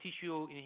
tissue